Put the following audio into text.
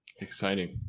Exciting